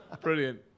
brilliant